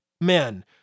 men